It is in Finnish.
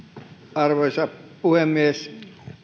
arvoisa puhemies